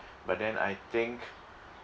but then I think